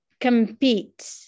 compete